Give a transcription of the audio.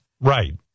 Right